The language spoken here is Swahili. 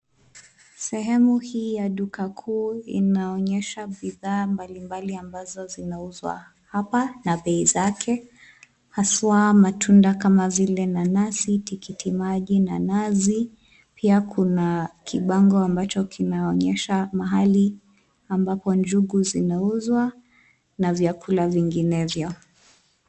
Sehemu hii ya duka kuu inaonyesha bidhaa mbalimbali ambazo zinauzwa hapa na bei zake, haswa matunda kama zile nanasi, tikiti maji, nanasi, pia kuna kibango ambacho kinaonyesha mahali njugu zinauzwa na vyakula vinginevyo.